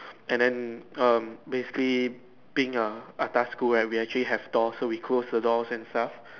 and then um basically being a atas school right we actually have doors so we close the doors and stuff